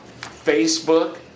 Facebook